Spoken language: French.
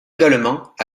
également